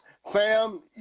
Sam